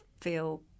feel